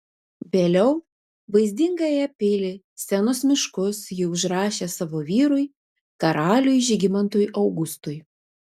vėliau vaizdingąją pilį senus miškus ji užrašė savo vyrui karaliui žygimantui augustui